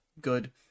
good